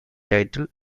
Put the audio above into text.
titled